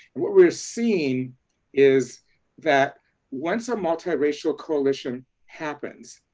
what we're seeing is that once a multiracial coalition happens,